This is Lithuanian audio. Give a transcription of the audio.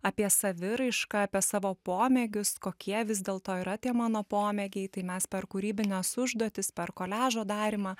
apie saviraišką apie savo pomėgius kokie vis dėlto yra tie mano pomėgiai tai mes per kūrybines užduotis per koliažo darymą